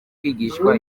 kwigishwa